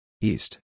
East